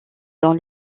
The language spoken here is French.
dans